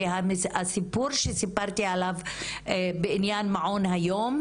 כי הסיפור שסיפרתי עליו בעניין מעון היום,